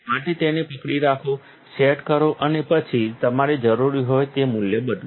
માટે તેને પકડી રાખો સેટ કરો અને પછી તમારે જરૂરી હોય તે મૂલ્ય બદલો